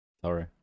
Sorry